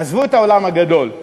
עזבו את העולם הגדול.